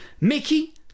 Mickey